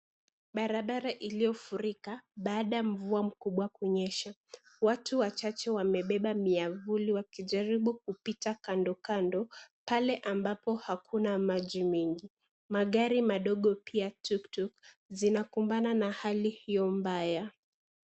Barabara iliyofurika baada ya mvua mkubwa kunyesha, watu wachache wamebeba miavuli wakijaribu kupita kando kando pale ambapo hakuna maji mingi, magari madogo pia tuktuk zinakumbana na hali hiyo mbaya.